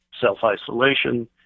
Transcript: self-isolation